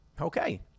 Okay